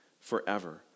forever